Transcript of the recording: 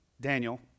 Daniel